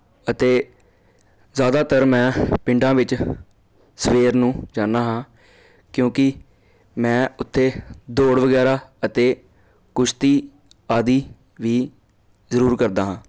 ਅਤੇ ਜ਼ਿਆਦਾਤਰ ਮੈਂ ਪਿੰਡਾਂ ਵਿੱਚ ਸਵੇਰ ਨੂੰ ਜਾਨਾ ਹਾਂ ਕਿਉਂਕਿ ਮੈਂ ਉੱਥੇ ਦੌੜ ਵਗੈਰਾ ਅਤੇ ਕੁਸ਼ਤੀ ਆਦਿ ਵੀ ਜ਼ਰੂਰ ਕਰਦਾ ਹਾਂ